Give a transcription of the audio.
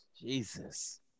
Jesus